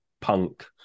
punk